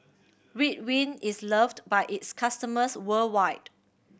Ridwind is loved by its customers worldwide